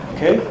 Okay